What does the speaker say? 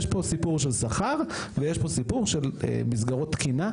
יש פה סיפור של שכר ויש פה סיפור של מסגרות תקינה,